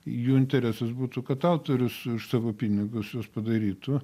jų interesas būtų kad autorius už savo pinigus juos padarytų